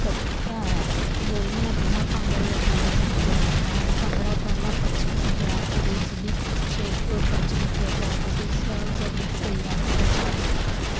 ਸੱਦਦਾ ਹੈ ਬੋਲੀਆਂ ਬਿਨਾਂ ਭੰਗੜੇ ਅਧੂਰ ਸਮਝਿਆ ਜਾਂਦਾ ਹੈ ਭੰਗੜਾ ਪਹਿਲਾ ਪੱਛਮੀ ਪੰਜਾਬ ਦੇ ਜਿਲੇ ਸ਼ੇਖਪੁਰ ਪੱਛਮੀ ਗੁਰਜਰਾਤ ਅਤੇ ਸਿਆਲਕੋਟ ਵਿੱਚ ਜਿਆਦਾ ਪ੍ਰਚਲਿਤ ਹੈ